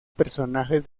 personajes